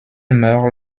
meurt